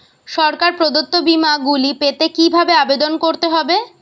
সরকার প্রদত্ত বিমা গুলি পেতে কিভাবে আবেদন করতে হবে?